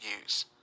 use